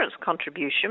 contribution